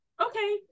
okay